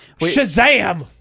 Shazam